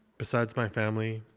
besides my family,